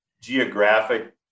geographic